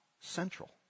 central